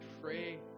pray